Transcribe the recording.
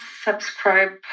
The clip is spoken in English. subscribe